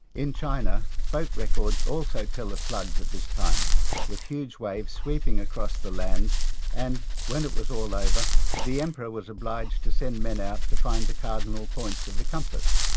in china, folk records also tell of floods at this time with huge waves sweeping across the lands and when it was all over the emperor was obliged to send men out to find the cardinal points of the compass.